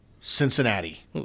Cincinnati